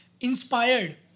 inspired